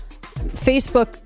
Facebook